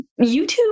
YouTube